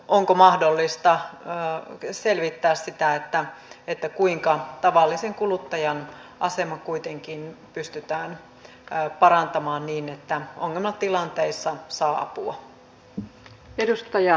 elikkä onko mahdollista selvittää sitä kuinka tavallisen kuluttajan asemaa kuitenkin pystytään parantamaan niin että ongelmatilanteissa saa apua